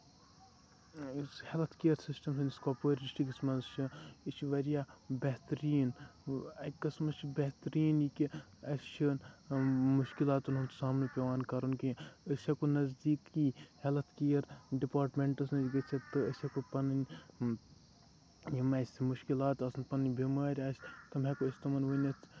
آ یُس health care system سٲنِس کۄپوٲرِس ڈِسٹرکَس منٛز چھُ یہِ چھُ واریاہ بہتریٖن تہٕ اَکہِ قٕسمہٕ چھُ بہتریٖن یہِ کہِ اَسہِ چھُنہٕ مُشکِلاتن ہُنٛد سامنہٕ پیوان کرُن کیٚنٛہہ أسۍ ہیٚکو نٔزدیٖکی ہیٚلٔتھ کِیر ڈِپارٹمیٚنٛٹَس نِش گٔژِھتھ تہٕ أسۍ ہیٚکَو پَنٕنۍ یِم یِم اَسہِ مُشکِلات آسَن پَنٕنۍ بیمارۍ آسہِ تٕم ہیٚکو أسۍ تِمن ؤنِتھ